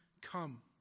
come